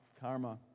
karma